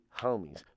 homies